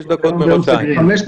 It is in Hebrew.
אני בא.